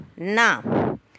Now